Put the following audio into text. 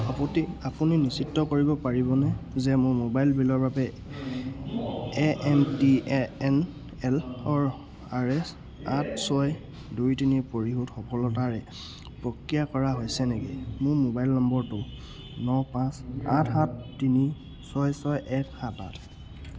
আপুনি নিশ্চিত কৰিব পাৰিবনে যে মোৰ মোবাইল বিলৰ বাবে A M T A N এলৰ আৰ এচ আঠ ছয় দুই তিনিৰ পৰিশোধ সফলতাৰে প্ৰক্ৰিয়া কৰা হৈছে নেকি মোৰ মোবাইল নম্বৰটো ন পাঁচ আঠ সাত তিনি ছয় ছয় এক সাত আঠ